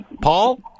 Paul